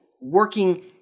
working